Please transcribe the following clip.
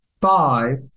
Five